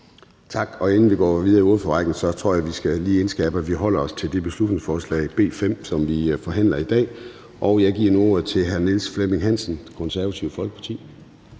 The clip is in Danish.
Tak. Inden vi går videre i ordførerrækken, tror jeg lige vi skal indskærpe, at vi holder os til det beslutningsforslag, B 5, som vi behandler i dag. Jeg giver nu ordet til hr. Niels Flemming Hansen, Det Konservative Folkeparti.